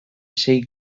sei